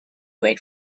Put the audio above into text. wait